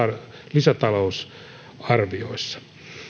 lisätalousarvioissa